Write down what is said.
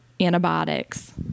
antibiotics